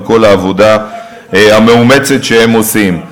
על כל העבודה המאומצת שהם עושים.